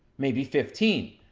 maybe fifteen,